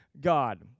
god